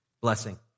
blessing